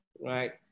right